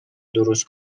درست